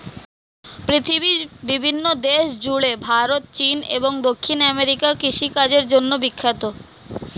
পৃথিবীর বিভিন্ন দেশ জুড়ে ভারত, চীন এবং দক্ষিণ আমেরিকা কৃষিকাজের জন্যে বিখ্যাত